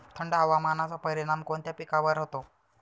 थंड हवामानाचा परिणाम कोणत्या पिकावर होतो?